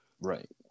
right